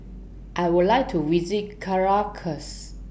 I Would like to visit Caracas